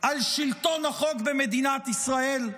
על שלטון החוק במדינת ישראל?